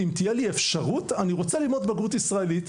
אם תהיה לי אפשרות אני רוצה ללמוד בגרות ישראלית.